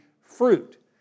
fruit